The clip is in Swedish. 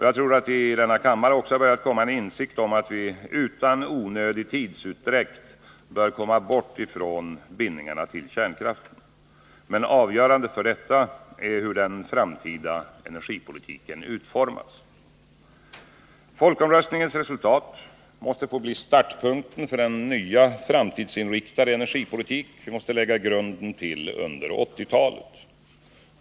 Jag tror att det i denna kammare också börjat komma en insikt om att vi utan onödig tidsutdräkt bör komma bort från bindningarna vid kärnkraften. Men avgörande för detta är hur den framtida energipolitiken utformas. Folkomröstningens resultat måste få bli startpunkten för den nya framtidsinriktade energipolitik vi måste lägga grunden till under 1980-talet.